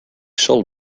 sol